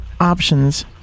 options